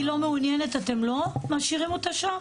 לא מעוניינת אתם לא משאירים אותה שם?